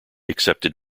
accepted